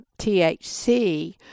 THC